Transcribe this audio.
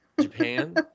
Japan